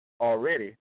already